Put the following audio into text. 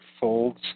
folds